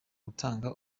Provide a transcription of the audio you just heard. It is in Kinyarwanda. gutanga